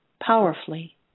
powerfully